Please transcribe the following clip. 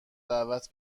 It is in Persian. دعوت